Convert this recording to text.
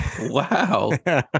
wow